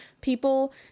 people